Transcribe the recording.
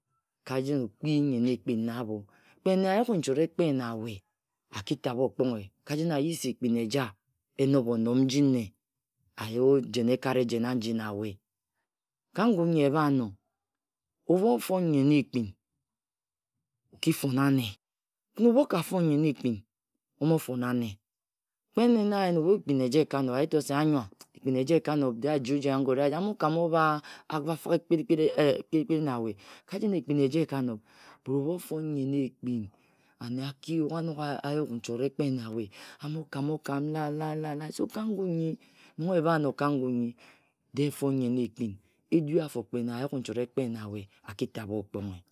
Ka jen okpi nyen ekpin na abho Kpe nne ajuk-nchot ekpe na we, aki tabhe okponghe, ka jen ayi se ekpin eja enob-onob nji nne ayi ojen eket ejen aji jik na we. Ka ngun nyi abha-no, ebhu ofon nyen ekpin, okifon anna. Kin ebhu oka-fon nyen akpin, omofon anne Kpe ene na ayene na ekpin eja eka nob akito se, anyoa, ekpin eje ekanob, de aji-oji ago. de aji. amokam obha abha fighe Kpire-kpiri na we, ka jeu ekpin aja ekanob. But ebhu ofon nyen ekpin. ane aki yuk, anogha-yuk nchot ekpe na we, amokam-okam lai-lai, and so ka ngen nyi, nong ebha. ngan ngi, de efon nyen ekpin edu afo kpe nne ayuk nchot akpe na we, aki tabha okponghe.